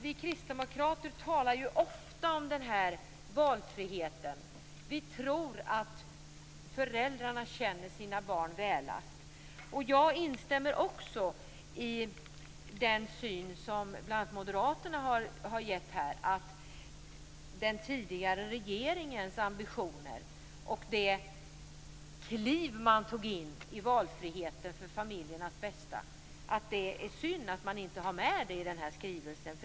Vi kristdemokrater talar ofta om valfriheten. Vi tror att föräldrarna känner sina barn bäst. Jag instämmer också i den uppfattning som Moderaterna har givit uttryck för, nämligen att det är synd att den tidigare regeringens ambitioner och kliv in i valfriheten för familjernas bästa inte finns med i skrivelsen.